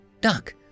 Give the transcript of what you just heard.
duck